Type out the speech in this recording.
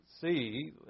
see